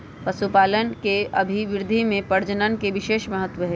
पशुपालन के अभिवृद्धि में पशुप्रजनन के विशेष महत्त्व हई